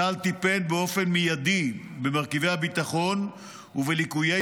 צה"ל טיפל באופן מיידי במרכיבי הביטחון ובליקויי